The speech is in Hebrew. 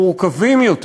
מורכבים יותר